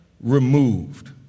removed